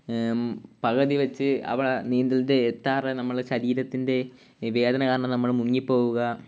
പകുതി വച്ച് അവിടെ നീന്തലിൻ്റെ എത്താറായി നമ്മളുടെ ശരീരത്തിൻ്റെ വേദന കാരണം നമ്മൾ മുങ്ങിപ്പോവുക